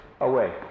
away